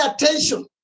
attention